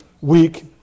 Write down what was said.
week